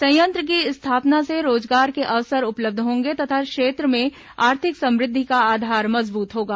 संयंत्र की स्थापना से रोजगार के अवसर उपलब्ध होंगे तथा क्षेत्र में आर्थिक समृद्धि का आधार मजबूत होगा